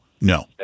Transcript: no